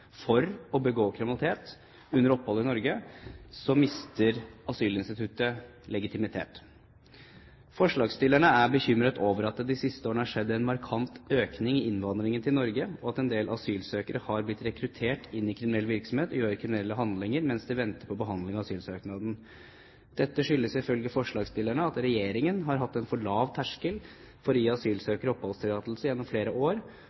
for å begå kriminalitet under opphold i Norge, mister asylinstituttet legitimitet. Forslagsstillerne er bekymret over at det de siste årene har skjedd en «markant økning i innvandringen til Norge», og at «en del asylsøkere har blitt rekruttert inn i kriminell virksomhet og gjør kriminelle handlinger mens de venter på behandlingen av asylsøknaden». Dette skyldes ifølge forslagsstillerne at regjeringen har hatt en for lav «terskel for å gi asylsøkere oppholdstillatelse gjennom flere år»,